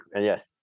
Yes